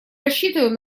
рассчитываем